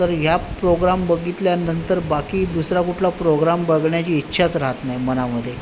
तर या प्रोग्राम बघितल्यानंतर बाकी दुसरा कुठला प्रोग्राम बघण्याची इच्छाच राहत नाही मनामधे